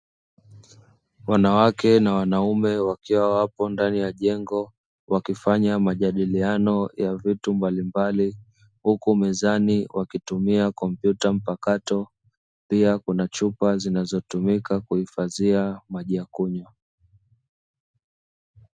Wanawake na wanaume wakiwa wapo ndani ya jengo, wakifanya majadiliano ya vitu mbalimbali, huku mezani wakitumia komputa mpakato pia kuna chupa ziinazotumika kuhifadhia maji ya kunywa.